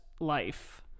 life